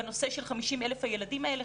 בנושא של 50,000 הילדים האלה.